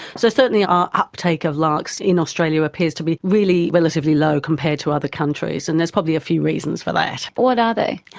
so certainly our uptake of larcs in australia appears to be really relatively low compared to other countries and there are probably a few reasons for that. what are they?